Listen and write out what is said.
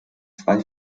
zwei